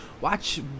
watch